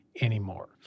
anymore